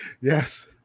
Yes